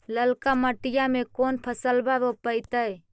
ललका मटीया मे कोन फलबा रोपयतय?